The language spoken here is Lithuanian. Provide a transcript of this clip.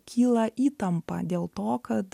kyla įtampa dėl to kad